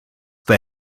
they